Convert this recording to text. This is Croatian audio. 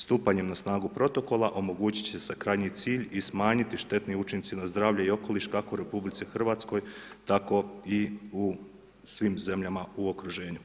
Stupanjem na snagu protokola omogućit će se krajnji cilj i smanjiti štetni učinci na zdravlje i okoliš kako u RH, tako i u svim zemljama u okruženju.